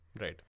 Right